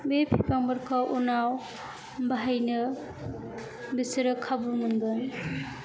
बे बिफांफोरखौ उनाव बाहायनो बिसोरो खाबु मोनगोन